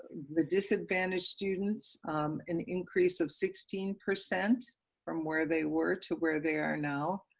the disadvantaged students an increase of sixteen percent from where they were to where they are no,